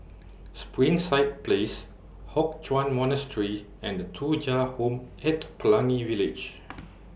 Springside Place Hock Chuan Monastery and Thuja Home At Pelangi Village